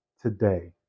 today